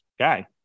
Okay